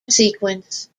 sequence